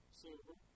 silver